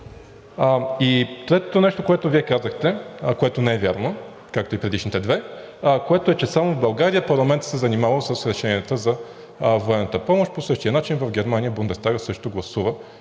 третото нещо, което Вие казахте, което не е вярно, както и предишните две – че само в България парламентът се занимавал с решенията за военната помощ. По същия начин в Германия Бундестагът също гласува